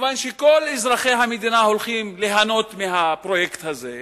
מכיוון שכל אזרחי המדינה הולכים ליהנות מהפרויקט הזה,